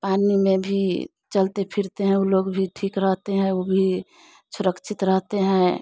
पानी में भी चलते फिरते हैं ऊ लोग भी ठीक रहते हैं ऊ भी सुरक्षित रहते हैं